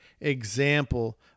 example